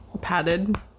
Padded